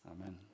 Amen